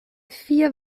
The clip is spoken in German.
vier